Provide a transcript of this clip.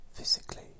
physically